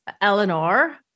Eleanor